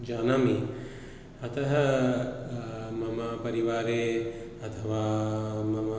जानामि अतः मम परिवारे अथवा मम